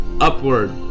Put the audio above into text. upward